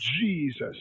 Jesus